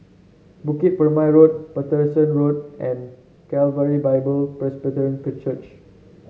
Bukit Purmei Road Paterson Road and Calvary Bible Presbyterian Church